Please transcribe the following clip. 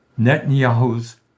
Netanyahu's